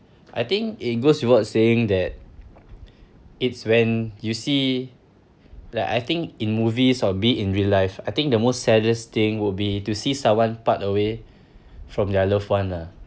I think it goes without saying that it's when you see like I think in movies or be in real life I think the most saddest thing would be to see someone part away from their loved one lah